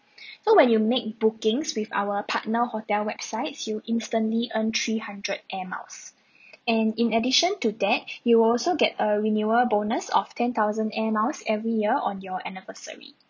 so when you make bookings with our partner hotel websites you instantly earn three hundred air miles and in addition to that you will also get a renewal bonus of ten thousand air miles every year on your anniversary